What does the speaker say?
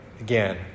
Again